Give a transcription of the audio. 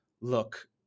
look